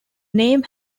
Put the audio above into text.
name